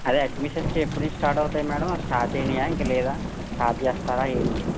అదే అడ్మిషన్స్ ఎప్పట్నుంచి స్టార్ట్ అవుతాయి మేడం స్టార్ట్ అయ్యాయా ఇంకా లేదా స్టార్ట్ చేస్తారా ఏంటి